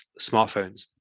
smartphones